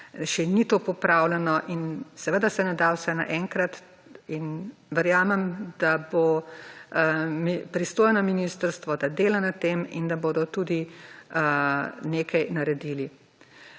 še ni to popravljeno. In seveda se ne da vse naenkrat in verjamem, da bo pristojno ministrstvo, da dela na tem in da bodo tudi nekaj naredili.